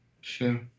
Sure